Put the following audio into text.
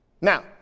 Now